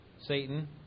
Satan